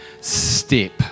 step